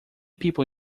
people